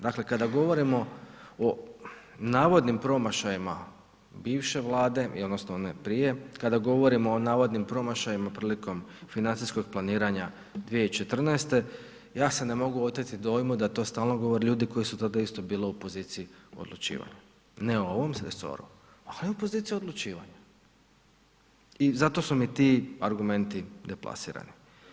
Dakle kada govorimo o navodnim promašajima bivše Vlade i odnosno one prije, kada govorimo o navodnim promašajima prilikom financijskog planiranja 2014., ja se ne mogu oteti dojmu da to stalno govore ljudi koji su tada isto bili u poziciji odlučivanja, ne u ovom resoaru, ali u poziciji odlučivanja i zato su mi ti argumenti deplasirani.